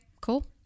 Cool